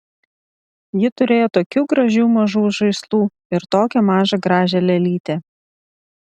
ji turėjo tokių gražių mažų žaislų ir tokią mažą gražią lėlytę